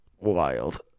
Wild